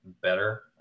better